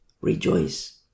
Rejoice